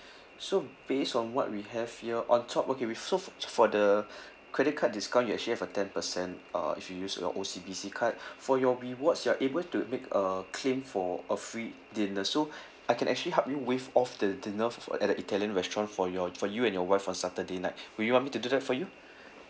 so based on what we have here on top okay we f~ so f~ for the credit card discount you actually have a ten percent uh if you use your O_C_B_C card for your rewards you're able to make a claim for a free dinner so I can actually help you waive off the dinner f~ f~ at the italian restaurant for your for you and your wife on saturday night would you want me to do that for you